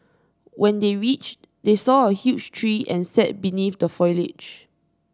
when they reached they saw a huge tree and sat beneath the foliage